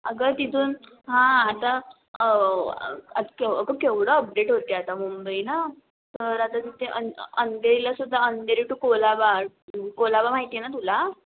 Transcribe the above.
अगं तिथून हां आता अगं के केवढं अपडेट होते आता मुंबई ना तर आता तिथे आणि अंधेरीला सुद्धा अंधेरी टू कुलाबा कुलाबा माहीत आहे ना तुला